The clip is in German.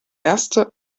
erste